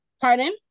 Pardon